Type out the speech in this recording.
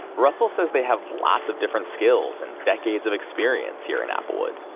russell says they have lots of different skills and decades of experience here in applewood.